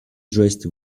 dressed